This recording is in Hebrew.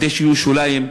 כדי שיהיו שוליים,